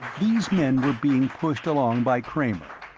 these men were being pushed along by kramer,